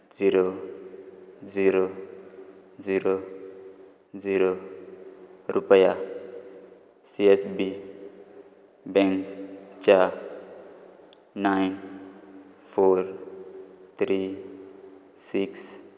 zero zero zero zero रुपया C S B बँकच्या nine four three six